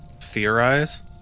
theorize